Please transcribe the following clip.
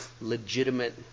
legitimate